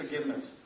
forgiveness